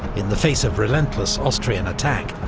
in the face of relentless austrian attack.